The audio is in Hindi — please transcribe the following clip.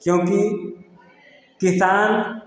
क्योंकि किसान